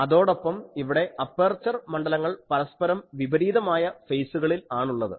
അതോടൊപ്പം ഇവിടെ അപ്പേർച്ചർ മണ്ഡലങ്ങൾ പരസ്പരം വിപരീതമായ ഫേസുകളിൽ ആണുള്ളത്